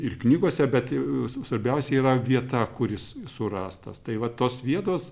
ir knygose bet svarbiausia yra vieta kuris jis surastas tai va tos vietos